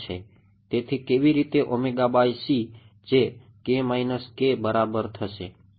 તેથી કેવી રીતે ઓમેગાc જે kr - ki બરાબર થશે